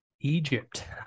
Egypt